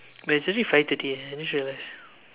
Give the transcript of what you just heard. but it's already five thirty eh I just realized